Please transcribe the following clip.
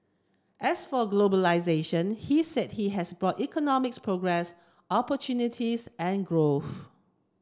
as for globalisation he said he has brought economic progress opportunities and growth